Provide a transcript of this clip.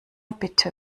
bitte